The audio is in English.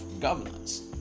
governance